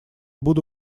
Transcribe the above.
буду